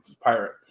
pirate